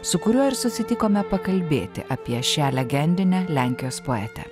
su kuriuo ir susitikome pakalbėti apie šią legendinę lenkijos poetę